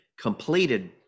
completed